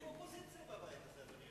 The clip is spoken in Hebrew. למפלגת העבודה,